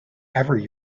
every